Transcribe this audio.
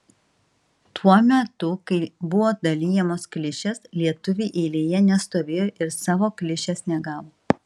tuo metu kai buvo dalijamos klišės lietuviai eilėje nestovėjo ir savo klišės negavo